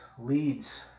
leads